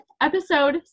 episode